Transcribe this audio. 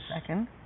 second